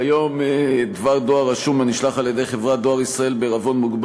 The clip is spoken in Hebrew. כיום דבר דואר רשום הנשלח על-ידי חברת דואר ישראל בע"מ,